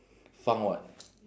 foul [what]